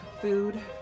food